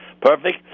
perfect